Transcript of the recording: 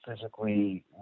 physically